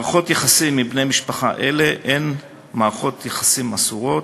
מערכות יחסים עם בני משפחה אלה הן מערכות יחסים אסורות,